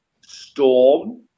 storm